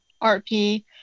RP